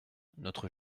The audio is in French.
notre